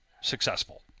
successful